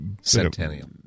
Centennial